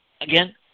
again